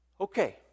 Okay